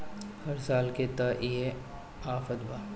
हर साल के त इहे आफत बा